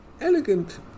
elegant